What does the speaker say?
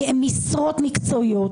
משרות מקצועיות,